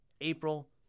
April